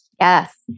Yes